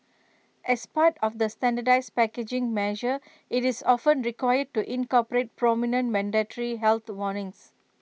as part of the standardised packaging measure IT is often required to incorporate prominent mandatory health warnings